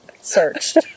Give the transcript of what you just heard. searched